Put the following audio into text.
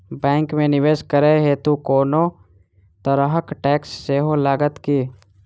Bank मे निवेश करै हेतु कोनो तरहक टैक्स सेहो लागत की?